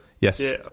Yes